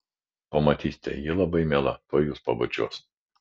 pamatysite ji labai miela tuoj jus pabučiuos